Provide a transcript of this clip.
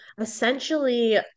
essentially